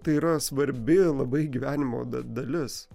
tai yra svarbi labai gyvenimo da dalis